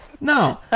No